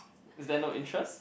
is there no interest